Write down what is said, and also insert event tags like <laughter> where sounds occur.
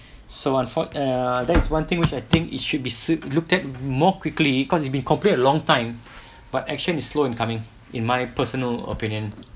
<breath> so on forth ah that's one thing which I think it should be looked at more quickly cause it been complete a long time but action is slow in coming in my personal opinion